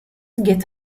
get